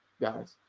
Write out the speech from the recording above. guys